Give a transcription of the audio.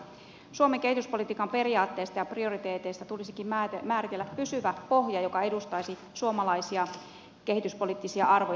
suomen kehityspolitiikan periaatteista ja prioriteeteista tulisikin määritellä pysyvä pohja joka edustaisi suomalaisia kehityspoliittisia arvoja